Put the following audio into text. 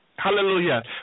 Hallelujah